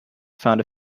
found